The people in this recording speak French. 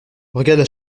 regardes